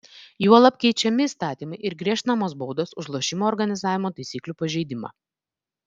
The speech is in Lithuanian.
juolab keičiami įstatymai ir griežtinamos baudos už lošimo organizavimo taisyklių pažeidimą